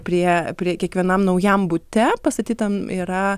prie prie kiekvienam naujam bute pastatytam yra